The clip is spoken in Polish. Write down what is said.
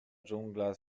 dżungla